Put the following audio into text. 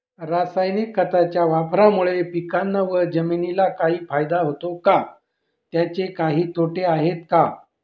रासायनिक खताच्या वापरामुळे पिकांना व जमिनीला काही फायदा होतो का? त्याचे काही तोटे आहेत का?